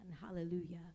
Hallelujah